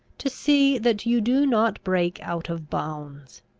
to see that you do not break out of bounds.